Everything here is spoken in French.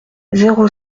zéro